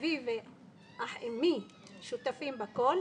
אבי ואמי שותפים בכול,